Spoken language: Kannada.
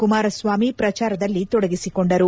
ಕುಮಾರಸ್ವಾಮಿ ಪ್ರಚಾರದಲ್ಲಿ ತೊಡಗಿಸಿಕೊಂಡರು